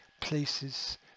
places